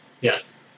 yes